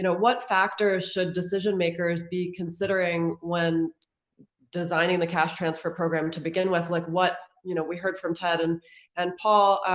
you know what factors should decision makers be considering when designing the cash transfer program to begin with, like what you know we heard from ted and and paul,